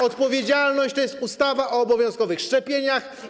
Odpowiedzialność to jest ustawa o obowiązkowych szczepieniach.